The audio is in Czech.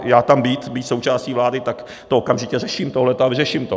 Já tam být, být součástí vlády, tak to okamžitě řeším, tohle, a vyřeším to.